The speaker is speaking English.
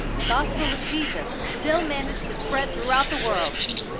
the gospel of jesus still managed to spread throughout the world. oh,